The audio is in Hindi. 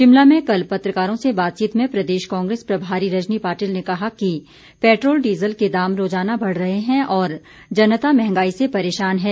शिमला में कल पत्रकारों से बातचीत में प्रदेश कांग्रेस प्रभारी रजनी पाटिल ने कहा कि पैट्रोल डीज़ल के दाम रोज़ाना बढ़ रहे हैं और जनता महंगाई से परेशान है